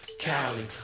Cali